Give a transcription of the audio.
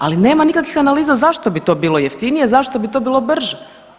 Ali nema nikakvih analiza zašto bi to bilo jeftinije, zašto bi to bilo brže.